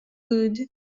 good